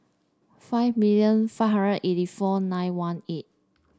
five million five hundred eighty four nine one eight